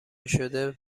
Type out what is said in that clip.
شده